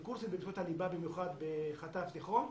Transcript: אלה קורסים במקצועות הליבה, במיוחד בחט"ב ותיכון,